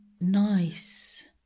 nice